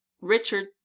Richard